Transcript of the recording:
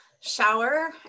shower